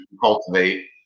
cultivate